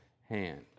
hand